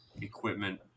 equipment